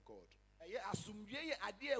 God